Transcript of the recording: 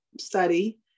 study